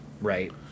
right